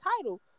title